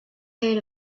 heard